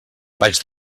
vaig